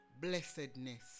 blessedness